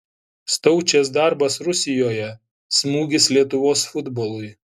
staučės darbas rusijoje smūgis lietuvos futbolui